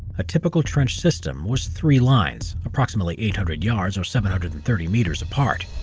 a typical trench system was three lines, approximately eight hundred yards or seven hundred and thirty meters apart.